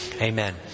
Amen